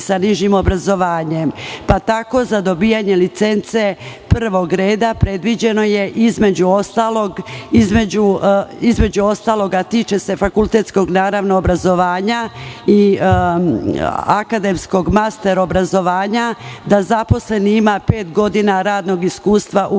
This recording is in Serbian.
sa nižimobrazovanjem. Tako je za dobijanje licence prvog reda predviđeno, između ostalog, a tiče se fakultetskog obrazovanja i akademskog master obrazovanja, da zaposleni ima pet godina radnog iskustva u